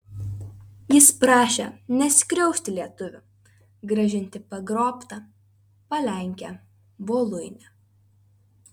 jis prašė neskriausti lietuvių grąžinti pagrobtą palenkę voluinę